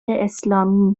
اسلامی